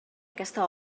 aquesta